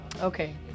Okay